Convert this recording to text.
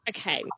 Okay